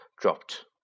dropped